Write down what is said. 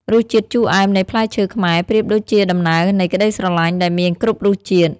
រសជាតិជូរអែមនៃផ្លែឈើខ្មែរ ប្រៀបដូចជាដំណើរនៃក្តីស្រឡាញ់ដែលមានគ្រប់រសជាតិ។